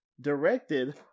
directed